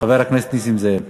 חבר הכנסת נסים זאב.